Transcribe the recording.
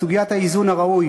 סוגיית האיזון הראוי